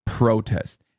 protest